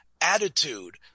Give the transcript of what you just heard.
attitude